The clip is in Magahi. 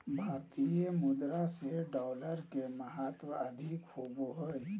भारतीय मुद्रा से डॉलर के महत्व अधिक होबो हइ